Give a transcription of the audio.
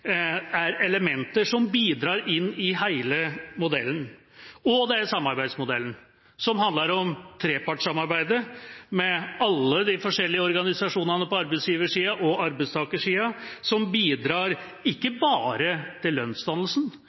er elementer som bidrar inn i hele modellen. Det er samarbeidsmodellen, som handler om trepartssamarbeidet, med alle de forskjellige organisasjonene på arbeidsgiversida og arbeidstakersida som ikke bare bidrar til lønnsdannelsen, som ikke bare bidrar til